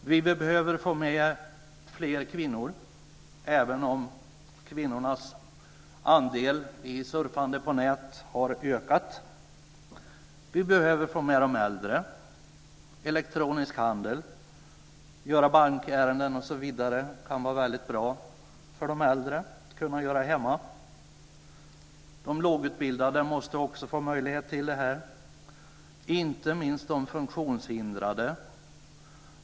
Vi behöver få med fler kvinnor, även om kvinnornas andel när det gäller surfande på nätet har ökat. Vi behöver få med de äldre. Det handlar om elektronisk handel och om att göra bankärenden osv. Det kan vara väldigt bra för de äldre att kunna göra sådant hemma. De lågutbildade måste också få möjlighet till det här. Det handlar inte minst om de funktionshindrade.